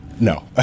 No